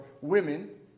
women